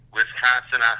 Wisconsin